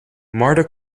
marta